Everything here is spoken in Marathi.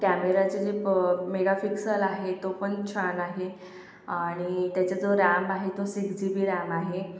कॅमेऱ्याचे जे प मेगापिक्सल आहे तो पण छान आहे आणि त्याचा जो रॅम आहे तो सिक्स जी बी रॅम आहे